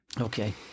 Okay